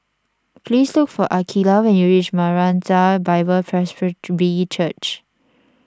please look for Akeelah when you reach Maranatha Bible Presby Church